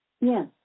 Yes